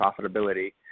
profitability